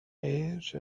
age